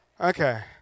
okay